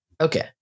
Okay